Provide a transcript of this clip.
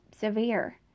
severe